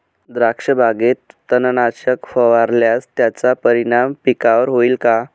द्राक्षबागेत तणनाशक फवारल्यास त्याचा परिणाम पिकावर होईल का?